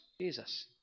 Jesus